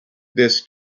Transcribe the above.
this